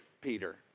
Peter